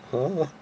!huh!